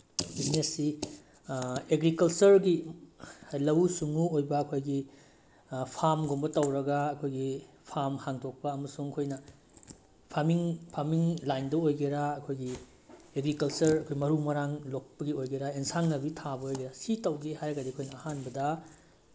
ꯕꯤꯖꯤꯅꯦꯁꯁꯤ ꯑꯦꯒ꯭ꯔꯤꯀꯜꯆꯔꯒꯤ ꯂꯧꯎ ꯁꯤꯡꯎ ꯑꯣꯏꯕ ꯑꯩꯈꯣꯏꯒꯤ ꯐꯥꯝꯒꯨꯝꯕ ꯇꯧꯔꯒ ꯑꯩꯈꯣꯏꯒꯤ ꯐꯥꯝ ꯍꯥꯡꯇꯣꯛꯄ ꯑꯃꯁꯨꯡ ꯑꯩꯈꯣꯏꯅ ꯐꯥꯝꯃꯤꯡ ꯐꯥꯝꯃꯤꯡ ꯂꯥꯏꯟꯗ ꯑꯣꯏꯒꯦꯔꯥ ꯑꯩꯈꯣꯏꯒꯤ ꯑꯦꯒ꯭ꯔꯤꯀꯜꯆꯔ ꯑꯩꯈꯣꯏ ꯃꯔꯨ ꯃꯔꯥꯡ ꯂꯣꯛꯄꯒꯤ ꯑꯣꯏꯒꯦꯔꯥ ꯑꯦꯟꯁꯥꯡ ꯅꯥꯄꯤ ꯊꯥꯕ ꯑꯣꯏꯒꯦꯔꯥ ꯁꯤ ꯇꯧꯒꯦ ꯍꯥꯏꯔꯒꯗꯤ ꯑꯩꯈꯣꯏꯅ ꯑꯍꯥꯟꯕꯗ